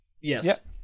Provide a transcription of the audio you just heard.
Yes